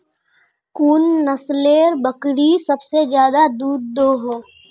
कुन नसलेर बकरी सबसे ज्यादा दूध दो हो?